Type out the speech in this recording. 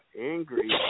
angry